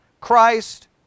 Christ